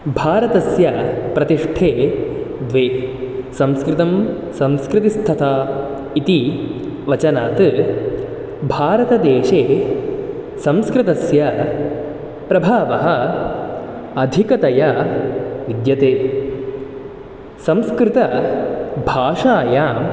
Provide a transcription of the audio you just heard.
भारतस्य प्रतिष्ठे द्वे संस्कृतं संस्कृतिस्तथा इति वचनात् भारतदेशे संस्कृतस्य प्रभावः अधिकतया विद्यते संस्कृतभाषायां